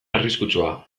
arriskutsua